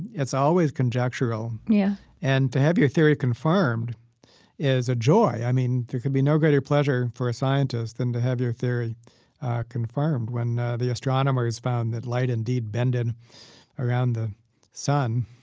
it's always conjectural. yeah and to have your theory confirmed is a joy. i mean, there can be no greater pleasure for a scientist than to have your theory confirmed. when the astronomers found that light indeed bended around the sun,